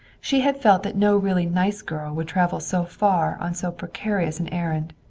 she had felt that no really nice girl would travel so far on so precarious an errand,